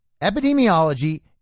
Epidemiology